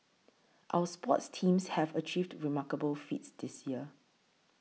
our sports teams have achieved remarkable feats this year